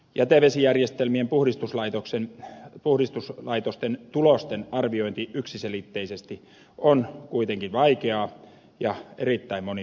jätevesijärjestelmien puhdistuslaitosten tulosten arviointi yksiselitteisesti on kuitenkin vaikeaa ja erittäin monimutkaista